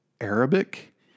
Arabic